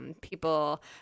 people